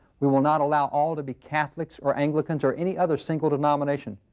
we will not allow all to be catholics or anglicans or any other single denomination.